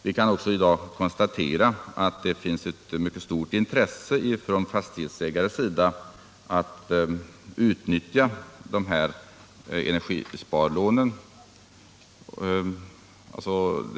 Vi kan också i dag konstatera att det finns ett mycket stort intresse från fastighetsägarnas sida för att utnyttja energisparlånen.